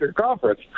Conference